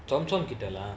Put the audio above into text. chong chong கிட்ட:kitta lah